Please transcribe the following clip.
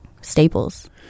staples